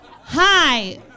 hi